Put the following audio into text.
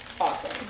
awesome